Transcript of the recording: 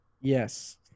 Yes